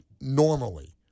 normally